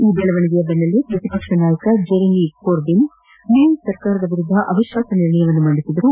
ಈ ಬೆಳವಣಿಗೆಯ ಬೆನ್ನಲ್ಲೇ ಪ್ರತಿಪಕ್ಷ ನಾಯಕ ಜಿರೆಮಿ ಕೊರ್ಬಿನ್ ಮೇ ಸರ್ಕಾರದ ವಿರುದ್ದ ಅವಿಶ್ವಾಸ ನಿರ್ಣಯವನ್ನು ಮಂಡಿಸಿದರು